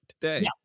today